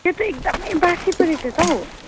त्यो त एकदमै बासी पो रहेछ त हो